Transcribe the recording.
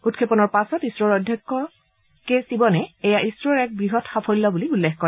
উৎক্ষেপণৰ পাছত ইছৰোৰ অধ্যক্ষ কে শিৱনে এইয়া এক বৃহৎ সাফল্য বুলি উল্লেখ কৰে